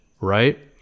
right